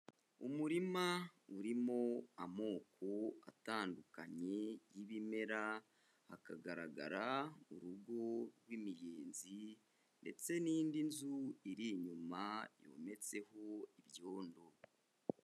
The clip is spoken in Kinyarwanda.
Umurima urimo amoko atandukanye y'ibimera hakagaragara urugo rw'imiyenzi ndetse n'indi nzu iri inyuma yometseho ibyondo.